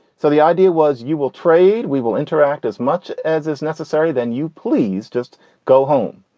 so the idea was you will trade, we will interact as much as is necessary. then you please just go home.